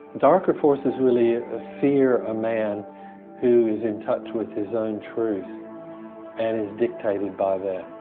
darker forces really ah fear a man who is in touch with his own truth and is dictated by that,